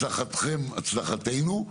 הצלחתכם הצלחתינו.